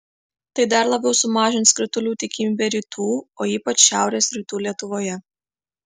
tai dar labiau sumažins kritulių tikimybę rytų o ypač šiaurės rytų lietuvoje